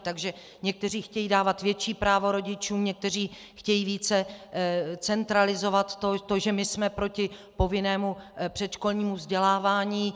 Takže někteří chtějí dávat větší právo rodičům, někteří chtějí více centralizovat to, že my jsme proti povinnému předškolnímu vzdělávání.